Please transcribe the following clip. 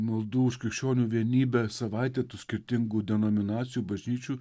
maldų už krikščionių vienybę savaitę tų skirtingų denominacijų bažnyčių